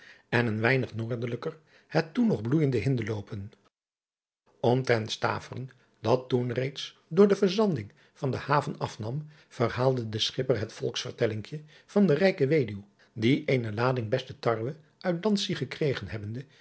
en een weinig noordelijker het toen nog bloeijende indelopen mtrent taveren dat toen reeds door de verzanding van de haven afnam verhaalde de schipper het volksvertellingje van de ijke eduw die eene lading beste tarwe uit antzig gekregen hebbende